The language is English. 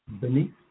beneath